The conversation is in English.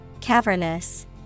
Cavernous